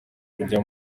kujya